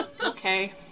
Okay